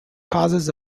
causes